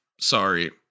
Sorry